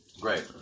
Great